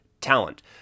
Talent